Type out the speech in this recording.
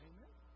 Amen